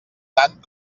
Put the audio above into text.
tant